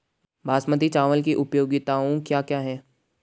बासमती चावल की उपयोगिताओं क्या क्या हैं?